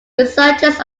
researchers